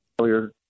earlier